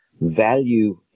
value